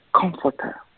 comforter